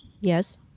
Yes